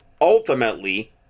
ultimately